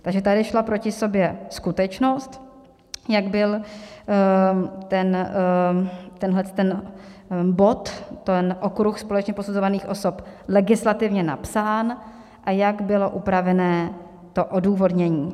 Takže tady šla proti sobě skutečnost, jak byl tenhleten bod, okruh společně posuzovaných osob, legislativně napsán, a jak bylo upravené to odůvodnění.